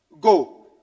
go